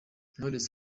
knowless